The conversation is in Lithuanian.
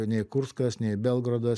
nei kurskas nei belgradas